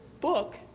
book